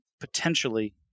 potentially